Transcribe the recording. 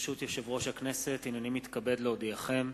ברשות יושב-ראש הכנסת, הנני מתכבד להודיעכם,